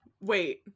wait